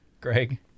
Greg